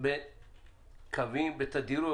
בקווים ובתדירות.